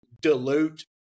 dilute